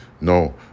No